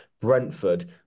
Brentford